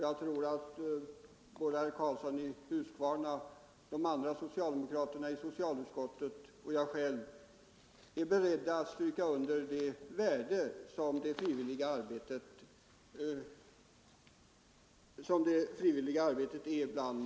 Jag tror att både herr Karlsson i Huskvarna och jag samt övriga socialdemokrater i socialutskottet är beredda att stryka under det värde som det frivilliga arbetet bland barn innebär.